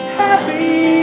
happy